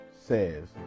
says